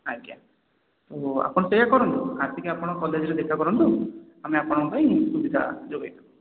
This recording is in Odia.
ଆଜ୍ଞା ତ ଆପଣ ସେୟା କରନ୍ତୁ ଆସିକି ଆପଣ କଲେଜରେ ଦେଖା କରନ୍ତୁ ଆମେ ଆପଣଙ୍କ ପାଇଁ ସୁବିଧା ଯୋଗାଇଦେବୁ